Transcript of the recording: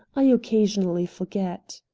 i occasionally forget.